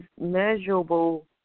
measurable